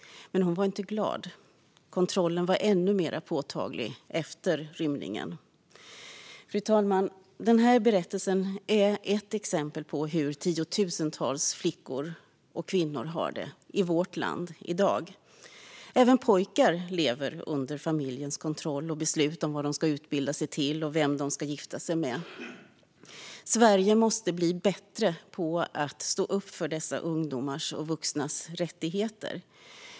Men hon var inte glad. Kontrollen var ännu mer påtaglig efter rymningen. Fru talman! Den här berättelsen är ett exempel på hur tiotusentals flickor och kvinnor har det i vårt land i dag. Även pojkar lever under familjers kontroll och beslut om vad de ska utbilda sig till och vem de ska gifta sig med. Sverige måste bli bättre på att stå upp för dessa ungdomars och vuxnas rättigheter.